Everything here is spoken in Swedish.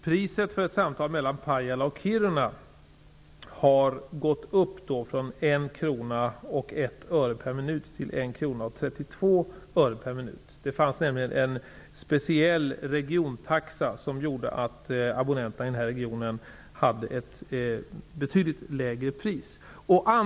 Priset för ett samtal mellan Pajala och Kiruna har gått upp från 1 kr och 1 öre per minut till 1 kr och 32 öre per minut. Det fanns nämligen en speciell regiontaxa som gjorde att abonnenterna i den här regionen hade ett betydligt lägre pris.